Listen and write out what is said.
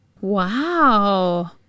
Wow